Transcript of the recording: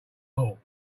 hall